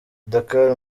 dakar